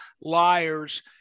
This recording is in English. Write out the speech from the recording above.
liars